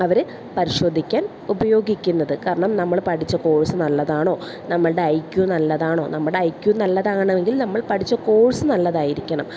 അവര് പരിശോധിക്കാൻ ഉപയോഗിക്കുന്നത് കാരണം നമ്മൾ പഠിച്ച കോഴ്സ് നല്ലതാണോ നമ്മളുടെ ഐ ക്യൂ നല്ലതാണോ നമ്മുടെ ഐ ക്യൂ നല്ലതാകണമെങ്കിൽ നമ്മൾ പഠിച്ച കോഴ്സ് നല്ലതായിരിക്കണം